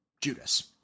Judas